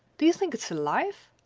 do you think it's alive?